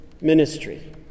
ministry